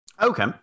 Okay